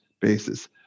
basis